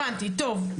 הבנתי, טוב.